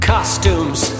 Costumes